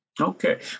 Okay